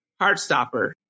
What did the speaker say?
heartstopper